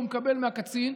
שהוא מקבל מהקצין,